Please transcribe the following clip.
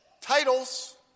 Titles